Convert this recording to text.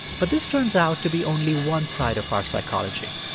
but this turns out to be only one side of our psychology.